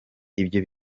ibyo